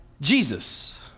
Jesus